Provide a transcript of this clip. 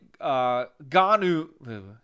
Ganu